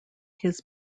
his